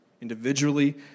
Individually